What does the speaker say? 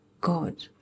God